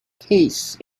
case